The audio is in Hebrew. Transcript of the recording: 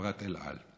חברת אל על.